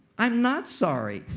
i'm not sorry.